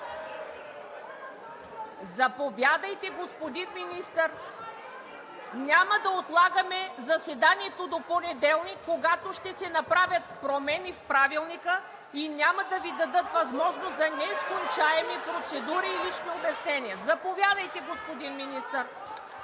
реплики от ГЕРБ-СДС.) Няма да отлагаме заседанието до понеделник, когато ще се направят промени в Правилника и няма да Ви дадат възможност за неслучайни процедури и лични обяснения. Заповядайте, господин Министър!